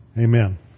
Amen